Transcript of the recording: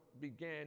began